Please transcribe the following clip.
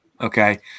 okay